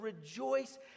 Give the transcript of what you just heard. rejoice